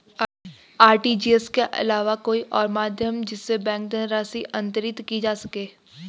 RTGS के अलावा कोई और माध्यम जिससे बैंक धनराशि अंतरित की जा सके?